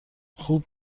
خوب